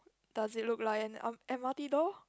does it look like an M M_R_T door